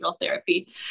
therapy